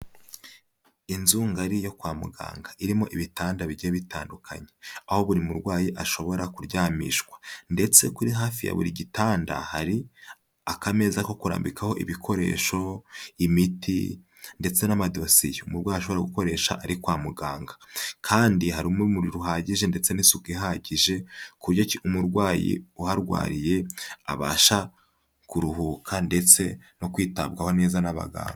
Inzu ngari yo kwa muganga, irimo ibitanda bigiye bitandukanye, aho buri murwayi ashobora kuryamishwa ndetse kuri hafi ya buri gitanda hari akameza ko kurambikaho ibikoresho, imiti ndetse n'amadosiye umurwayi ashobora gukoresha ari kwa muganga. Kandi harimo urumuri ruhagije ndetse n'isuku ihagije ku buryoki umurwayi uharwariye abasha kuruhuka ndetse no kwitabwaho neza n'abaganga.